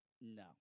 no